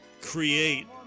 create